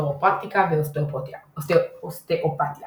כירופרקטיקה ואוסתיאופתיה